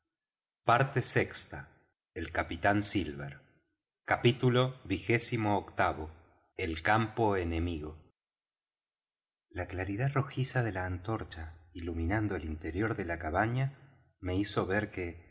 parte vi el capitán silver capítulo xxviii el campo enemigo la claridad rojiza de la antorcha iluminando el interior de la cabaña me hizo ver que